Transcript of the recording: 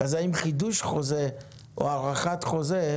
אז האם חידוש חוזה או הארכת חוזה,